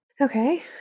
Okay